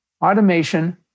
Automation